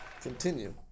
Continue